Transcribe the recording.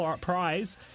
prize